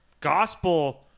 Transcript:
gospel